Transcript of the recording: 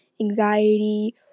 anxiety